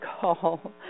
call